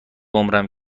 عمرم